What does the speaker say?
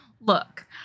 Look